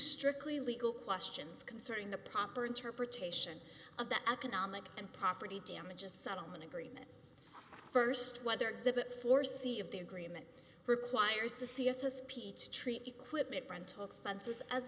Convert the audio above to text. strictly legal questions concerning the proper interpretation of the economic and property damage a settlement agreement first whether exhibit four c of the agreement requires the c s s p to treat equipment rental expenses as